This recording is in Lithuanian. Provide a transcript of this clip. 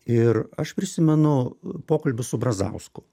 ir aš prisimenu pokalbius su brazausku